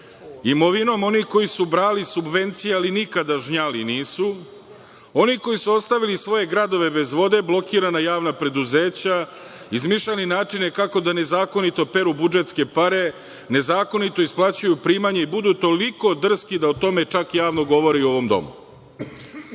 imovinom onih koji su brali subvencije ali nikada žnjeli nisu. Oni koji su ostavili svoje gradove bez vode, blokirana javna preduzeća, i smišljali načine kako da nezakonito peru budžetske pare, nezakonito isplaćuju primanja i budu toliko drski da o tome čak javno govore i u ovom domu.